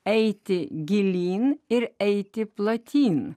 eiti gilyn ir eiti platyn